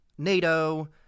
NATO